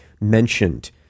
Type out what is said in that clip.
mentioned